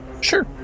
Sure